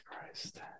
Christ